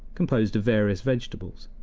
composed of various vegetables.